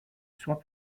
soit